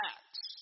Acts